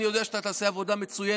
אני יודע שאתה תעשה עבודה מצוינת,